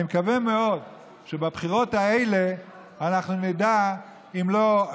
אני מקווה מאוד שבבחירות האלה אנחנו נדע אם לא,